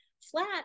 Flat